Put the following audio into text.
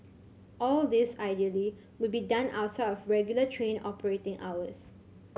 all this ideally would be done outside of regular train operating hours